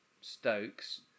Stokes